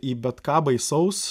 į bet ką baisaus